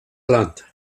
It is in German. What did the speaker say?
land